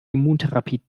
immuntherapie